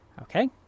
Okay